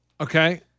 Okay